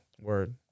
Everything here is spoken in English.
word